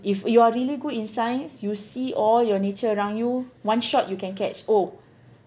if you are really good in science you see all your nature around you one shot you can catch oh